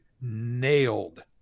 nailed